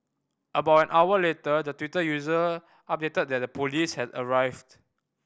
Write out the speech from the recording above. about an hour later the Twitter user updated that the police had arrived